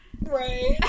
right